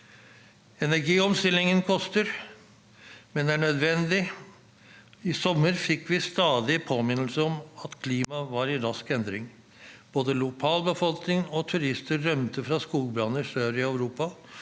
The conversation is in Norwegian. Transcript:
Energiomstillingen koster, men er nødvendig: I sommer fikk vi stadig påminnelser om at klimaet er i rask endring. Både lokalbefolkning og turister rømte fra skogbranner sør i Europa,